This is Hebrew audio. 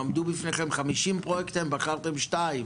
עמדו בפניכם 50 פרויקטים ובחרתם שניים